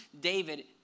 David